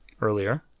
earlier